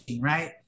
Right